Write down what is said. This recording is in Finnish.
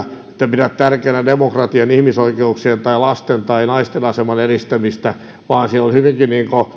pidä tärkeänä demokratian ihmisoikeuksien tai lasten tai naisten aseman edistämistä vaan se on hyvinkin